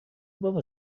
بابا